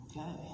Okay